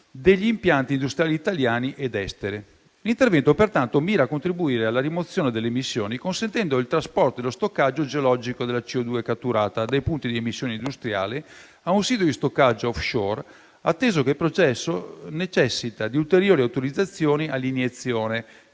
degli impianti industriali italiani ed esteri. L'intervento, pertanto, mira a contribuire alla rimozione delle emissioni, consentendo il trasporto e lo stoccaggio geologico della CO2 catturata dai punti di emissione industriali a un sito di stoccaggio *offshore*, atteso che il processo necessita di ulteriori autorizzazioni all'iniezione